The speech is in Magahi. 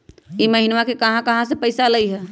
इह महिनमा मे कहा कहा से पैसा आईल ह?